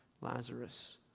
Lazarus